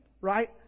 right